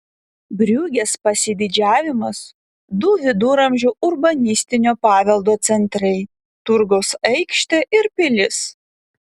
briugės pasididžiavimas du viduramžių urbanistinio paveldo centrai turgaus aikštė ir pilis